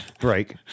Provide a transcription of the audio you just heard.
Break